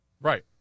Right